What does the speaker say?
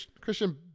Christian